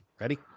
ready